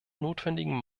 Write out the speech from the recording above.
notwendigen